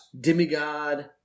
Demigod